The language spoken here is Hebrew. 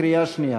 קריאה שנייה.